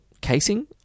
casing